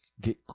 Get